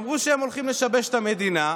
אמרו שהם הולכים לשבש את המדינה,